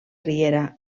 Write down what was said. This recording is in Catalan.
riera